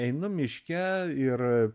einu miške ir